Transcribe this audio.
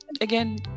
again